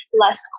less